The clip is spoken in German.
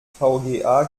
vga